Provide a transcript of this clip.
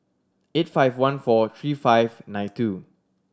eight five one four three five nine two